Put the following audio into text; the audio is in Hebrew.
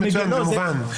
זה מובן.